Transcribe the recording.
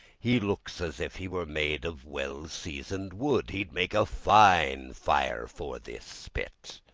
he looks as if he were made of well-seasoned wood. he'll make a fine fire for this spit.